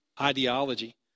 ideology